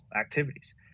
activities